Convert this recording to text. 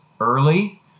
early